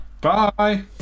Bye